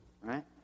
right